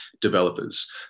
developers